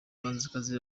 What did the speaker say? bahanzikazi